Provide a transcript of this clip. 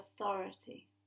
authority